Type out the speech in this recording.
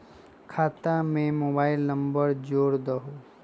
खाता में mobile number जोड़ दहु?